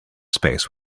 space